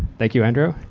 thank you, andrew,